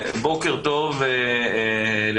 בוקר טוב לכולם.